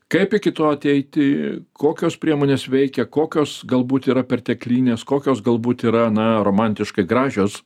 kaip iki to ateiti kokios priemonės veikia kokios galbūt yra perteklinės kokios galbūt yra na romantiškai gražios